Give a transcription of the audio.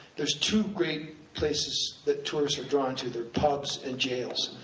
there's two great places that tourists are drawn to, they're pubs and jails.